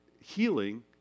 healing